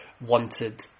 wanted